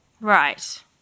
Right